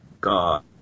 God